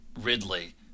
Ridley